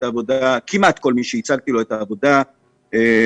כמעט כל מי שהצגתי לו את העבודה הסכים